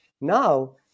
now